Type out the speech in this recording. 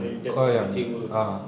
johnny depp tengah kecewa